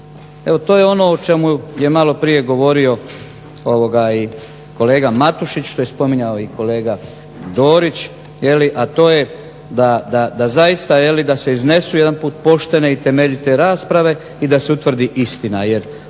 Evo to je ono o čemu je maloprije govorio i kolega Matušić, što je spominjao i kolega Dorić jel', a to je da zaista jel', da se iznesu jedanput poštene i temeljite rasprave i da se utvrdi istina. Jer